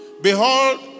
Behold